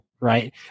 right